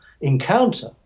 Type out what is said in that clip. encounter